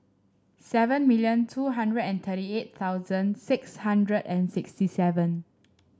seven million two hundred and thirty eight thousand six hundred and sixty seven